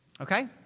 Okay